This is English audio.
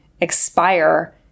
expire